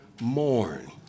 mourn